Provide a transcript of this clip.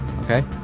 okay